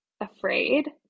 afraid